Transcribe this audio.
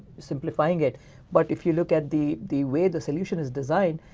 simplifying it but if you look at the the way the solution is designed,